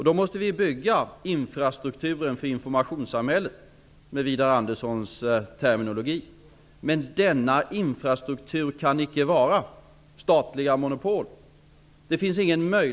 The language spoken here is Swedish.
Vi måste, för att använda Widar Anderssons terminologi, bygga infrastrukturen för informationssamhället, men denna infrastruktur kan icke bestå av statliga monopol.